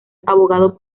abogado